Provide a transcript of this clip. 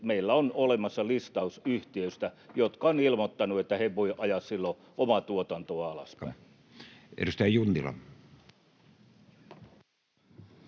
meillä on olemassa listaus yhtiöistä, jotka ovat ilmoittaneet, että he voivat ajaa silloin omaa tuotantoaan alaspäin. [Speech 58]